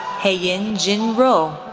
heyinn jean rho,